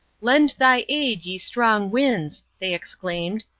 lend thy aid, ye strong winds, they exclaimed,